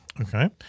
Okay